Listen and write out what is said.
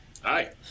Hi